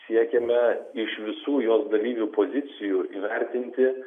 siekiame iš visų jo dalyvių pozicijų įvertinti